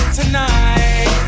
tonight